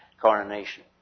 coronation